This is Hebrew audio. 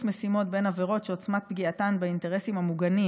משימות בין עברות שעוצמת פגיעתן באינטרסים המוגנים